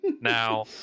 Now